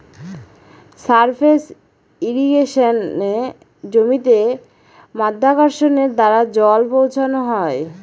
surface ইর্রিগেশনে জমিতে মাধ্যাকর্ষণের দ্বারা জল পৌঁছানো হয়